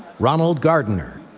ronald gardiner.